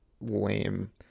lame